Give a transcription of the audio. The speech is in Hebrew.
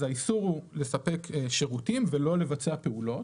האיסור הוא לספק שירותים ולא לבצע פעולות.